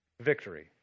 victory